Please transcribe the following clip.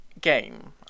game